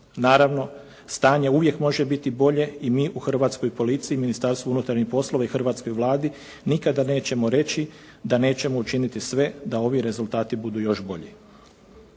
Naravno, stanje uvijek može biti bolje i mi u Hrvatskoj policiji, Ministarstvu unutarnjih poslova i hrvatskoj Vladi nikada nećemo reći da nećemo učiniti sve da ovi rezultati budu još bolji.